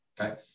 Okay